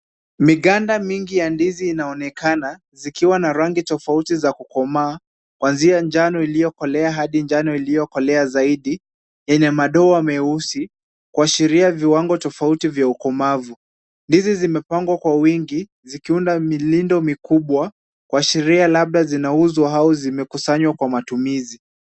Maganda mingi ya ndizi inaonekana ,zikiwa na rangi tofauti za kukomaa kwanzia njano iliyokolea hadi njano iliyokolea zaidi yenye madoa nyeusi ,kuashiria viwango tofauti vya ukomavu. Ndizi zimepangwa kwa wingi zikiunda milindo mikubwa ,kuashiria labda zinauzwa au zimekusanywa kwa matumizi.